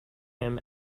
him